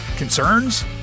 concerns